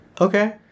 Okay